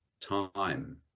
time